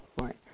Right